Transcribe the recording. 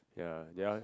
yeah that one